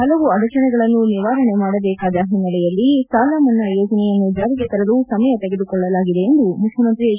ಪಲವು ಅಡಚಣೆಗಳನ್ನು ನಿವಾರಣೆ ಮಾಡಬೇಕಾದ ಹಿನ್ನೆಲೆಯಲ್ಲಿ ಸಾಲಮನ್ನಾ ಯೋಜನೆಯನ್ನು ಜಾರಿಗೆ ತರಲು ಸಮಯ ತೆಗೆದುಕೊಳ್ಳಲಾಗಿದೆ ಎಂದು ಮುಖ್ಯಮಂತಿ ಹೆಚ್